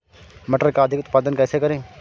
मटर का अधिक उत्पादन कैसे करें?